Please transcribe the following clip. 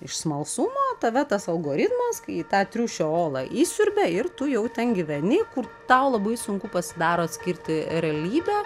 iš smalsumo tave tas algoritmas kai į tą triušio olą įsiurbia ir tu jau ten gyveni kur tau labai sunku pasidaro atskirti realybę